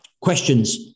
questions